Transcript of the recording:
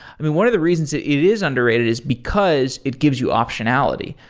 i mean, one of the reasons it it is underrated is because it gives you optionality.